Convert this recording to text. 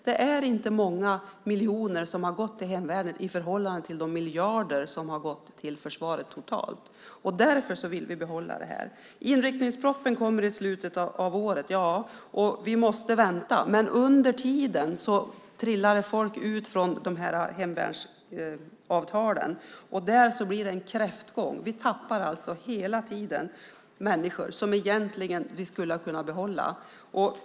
Det är inte många miljoner som har gått till hemvärnet i förhållande till de miljarder som har gått till försvaret totalt. Därför vill vi behålla detta. Inriktningspropositionen kommer i slutet av året, och vi måste vänta. Men under tiden trillar folk ut från hemvärnsavtalen. Det blir en kräftgång. Vi tappar hela tiden människor som vi skulle ha kunnat behålla.